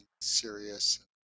serious